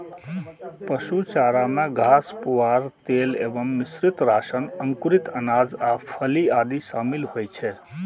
पशु चारा मे घास, पुआर, तेल एवं मिश्रित राशन, अंकुरित अनाज आ फली आदि शामिल होइ छै